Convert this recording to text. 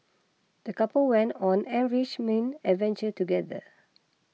the couple went on an enriching adventure together